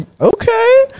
okay